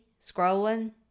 Scrolling